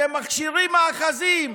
אתם מכשירים מאחזים.